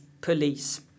police